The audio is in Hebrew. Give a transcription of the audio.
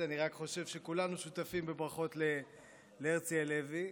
אני רק חושב שכולנו שותפים בברכות להרצי הלוי.